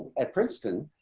at princeton,